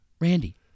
Randy